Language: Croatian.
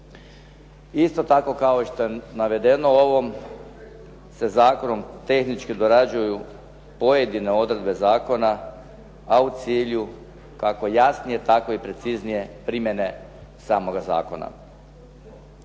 Isto tako kao što je navedeno u ovom se zakonu tehnički dorađuju pojedine odredbe zakona, a u cilju kako jasnije tako i preciznije primjene samoga zakona.